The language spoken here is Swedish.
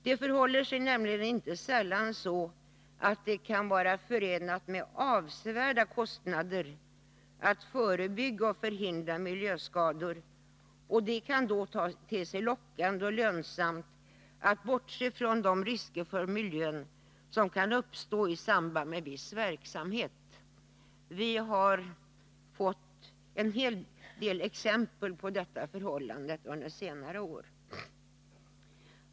Det förhåller sig nämligen inte sällan så, att det kan vara förenat med avsevärda kostnader att förebygga och förhindra miljöskador, och det kan då te sig lockande och lönsamt att bortse från de risker för miljön som kan uppstå i samband med en viss verksamhet. Vi har fått en hel del exempel på detta förhållande under senare år.